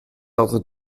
ordres